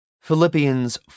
Philippians